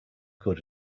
good